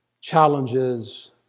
challenges